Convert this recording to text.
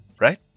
Right